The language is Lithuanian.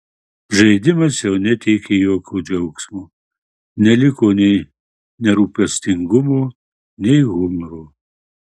žaidimas jau neteikė jokio džiaugsmo neliko nei nerūpestingumo nei humoro